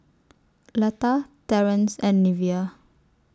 Letta Terance and Neveah